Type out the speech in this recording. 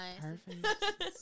Perfect